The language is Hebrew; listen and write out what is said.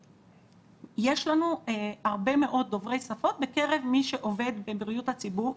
יש לנו הרבה מאוד דוברי שפות בקרב מי שעובד בבריאות הציבור,